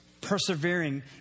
persevering